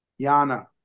Yana